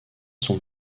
sont